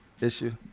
issue